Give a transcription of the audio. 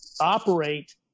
operate